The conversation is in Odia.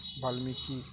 ବାଲ୍ମୀକି